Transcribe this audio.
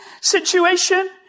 situation